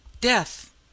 death